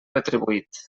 retribuït